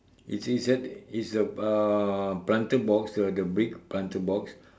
it's it's at it's the uh planter box the the brick planter box